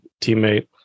teammate